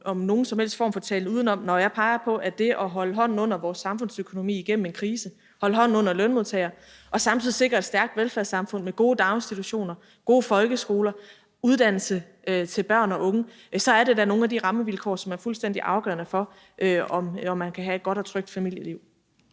om nogen som helst form for talen udenom. Når jeg peger på, at det at holde hånden under vores samfundsøkonomi igennem en krise, holde hånden under lønmodtagere og samtidig sikre et velfærdssamfund med gode daginstitutioner, gode folkeskoler, uddannelse til børn og unge, så er det da nogle af de rammevilkår, som er fuldstændig afgørende for, om man kan have et godt og trygt familieliv.